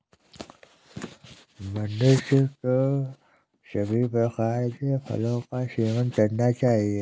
मनुष्य को सभी प्रकार के फलों का सेवन करना चाहिए